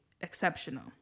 exceptional